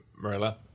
Marilla